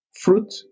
fruit